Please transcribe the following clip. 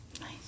Nice